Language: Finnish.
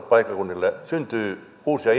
paikkakunnille syntyy uusia